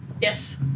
Yes